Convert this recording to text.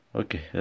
okay